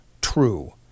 true